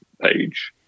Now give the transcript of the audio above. page